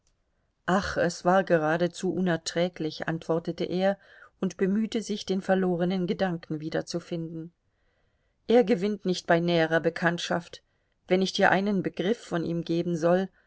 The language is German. ach es war geradezu unerträglich antwortete er und bemühte sich den verlorenen gedankenfaden wiederzufinden er gewinnt nicht bei näherer bekanntschaft wenn ich dir einen begriff von ihm geben soll